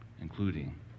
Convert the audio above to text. including